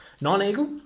Non-eagle